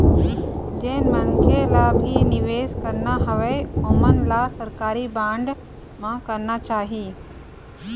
जेन मनखे ल भी निवेस करना हवय ओमन ल सरकारी बांड म करना चाही